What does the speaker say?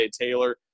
Taylor